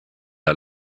der